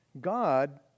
God